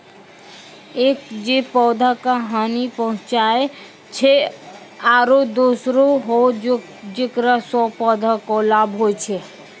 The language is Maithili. एक जे पौधा का हानि पहुँचाय छै आरो दोसरो हौ जेकरा सॅ पौधा कॅ लाभ होय छै